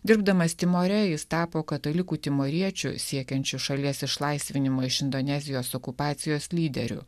dirbdamas timore jis tapo katalikų timoriečiu siekiančiu šalies išlaisvinimo iš indonezijos okupacijos lyderiu